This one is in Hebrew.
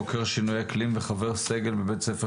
חוקי שינויי אקלים וחבר סגל בבית הספר